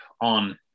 on